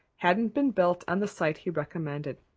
hadn't been built on the site he recommended.